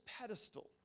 pedestal